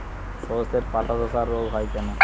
শর্ষের পাতাধসা রোগ হয় কেন?